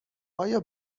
آیا